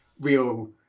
real